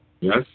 Yes